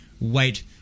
wait